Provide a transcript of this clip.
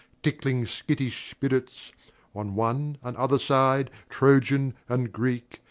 tickling skittish spirits on one and other side, troyan and greek,